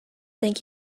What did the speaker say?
thank